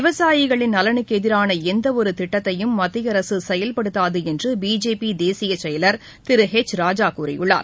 விவசாயிகளின் நலனுக்கு எதிரான எந்தவொரு திட்டத்தையும் மத்தியஅரசு செயல்படுத்தாது என்று பிஜேபி தேசியச்செயலர் திரு ஹெச் ராஜா கூறியுள்ளார்